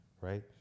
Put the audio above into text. Right